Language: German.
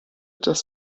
das